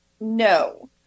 No